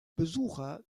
besucher